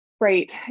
Right